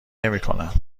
نمیکنم